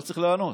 לא צריך לענות.